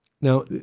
Now